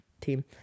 team